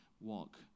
walk